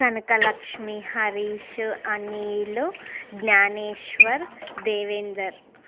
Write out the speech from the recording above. Kanakalakshmi Harish Anil Gnaneshwar Devender